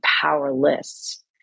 powerless